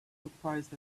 surprised